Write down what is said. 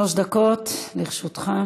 שלוש דקות לרשותך.